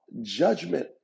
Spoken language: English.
judgment